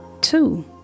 Two